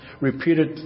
repeated